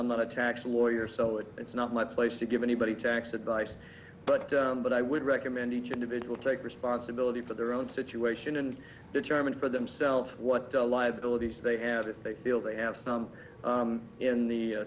i'm not a tax lawyer so it's not my place to give anybody tax advice but but i would recommend each individual take responsibility for their own situation and determine for themselves what liabilities they had if they feel they have some in the